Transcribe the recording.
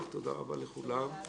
תודה רבה לכולם.